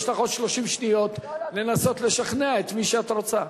יש לך עוד 30 שניות לנסות לשכנע את מי שאת רוצה.